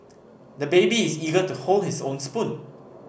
the baby is eager to hold his own spoon